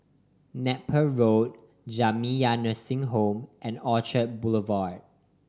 Napier Road Jamiyah Nursing Home and Orchard Boulevard